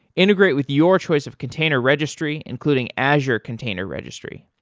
integrate with your choice of container registry, including azure container registry.